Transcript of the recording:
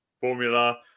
formula